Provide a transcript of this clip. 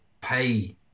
pay